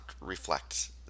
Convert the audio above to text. reflect